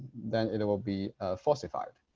then it it will be falsified.